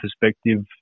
perspective